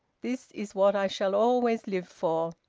this is what i shall always live for.